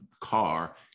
car